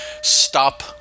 stop